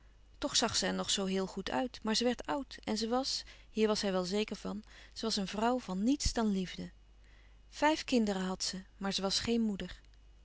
toch zag ze er nog zoo heel goed uit maar ze werd oud en ze was hier was hij wel zeker van ze was een vrouw van niets dan liefde vijf kinderen had ze maar ze was geen moeder